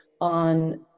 on